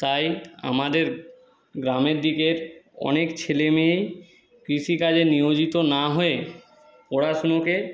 তাই আমাদের গ্রামের দিকের অনেক ছেলে মেয়ে কৃষিকাজে নিয়োজিত না হয়ে পড়াশুনোকে